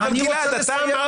אני רוצה --- גלעד,